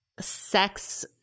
sex